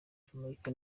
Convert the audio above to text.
jamaica